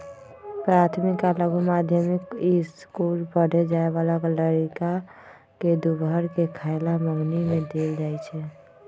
प्राथमिक आ लघु माध्यमिक ईसकुल पढ़े जाय बला लइरका के दूपहर के खयला मंग्नी में देल जाइ छै